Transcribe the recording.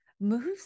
moves